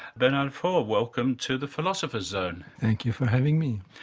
bernard faure, welcome to the philosopher's zone. thank you for having me.